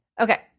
Okay